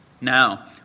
Now